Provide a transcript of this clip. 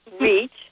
reach